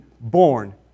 born